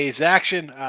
action